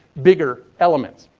bigger elements.